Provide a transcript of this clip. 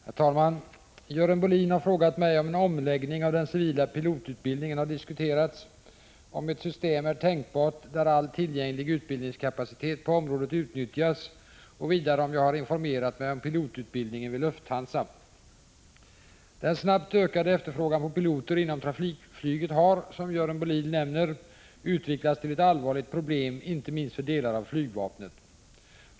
Herr talman! Görel Bohlin har frågat mig om en omläggning av den civila pilotutbildningen har diskuterats, om ett system är tänkbart där all tillgänglig utbildningskapacitet på området utnyttjas och vidare om jag har informerat mig om pilotutbildningen vid Lufthansa. Den snabbt ökade efterfrågan på piloter inom trafikflyget har, som Görel Bohlin nämner, utvecklats till ett allvarligt problem inte minst för delar av flygvapnet.